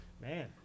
Man